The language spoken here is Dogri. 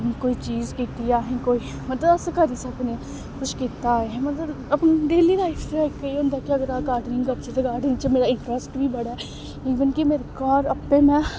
कोई चीज़ कीती असें कोई मतलब अस करी सकने आं कुछ कीता असें मतलब अपनी डेली लाईफ च इक एह् होंदा कि अगर गार्डनिंग करचै ते गार्डनिंग च मेरा इंटरस्ट बी बड़ा ऐ इवन कि मेरे घर आपें में